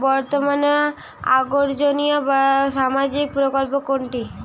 বর্তমানে আকর্ষনিয় সামাজিক প্রকল্প কোনটি?